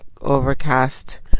overcast